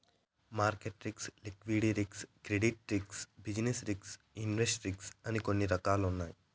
market risk liquidity risk credit risk business risk invest risk అని కొన్ని రకాలున్నాయి